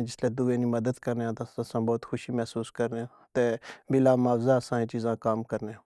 اچ کے دواں دی مدد کرنے آں تے اسساں بہت خوشی محسوس کرنے آں تے بلا معواضہ اسساں یو کم کرنے آں۔